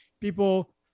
people